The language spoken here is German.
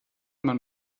man